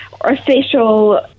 official